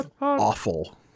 awful